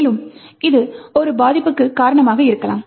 மேலும் இது ஒரு பாதிப்புக்கு ஒரு காரணமாக இருக்கலாம்